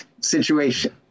situation